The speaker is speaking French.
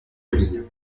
communes